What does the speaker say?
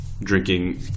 drinking